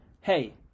hey